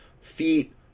feet